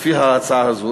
לפי ההצעה הזאת,